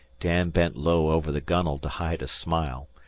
dan bent low over the gunwale to hide a smile,